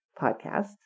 podcast